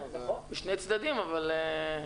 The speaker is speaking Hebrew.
נכון, זה שני צדדים שונים אבל...